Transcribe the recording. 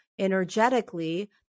energetically